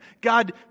God